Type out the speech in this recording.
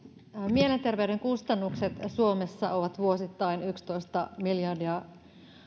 mielenterveyden kustannukset suomessa ovat vuosittain yksitoista miljardia